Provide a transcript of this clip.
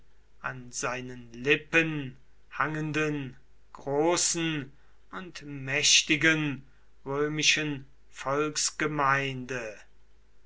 an seinen lippen hangenden großen und mächtigen römischen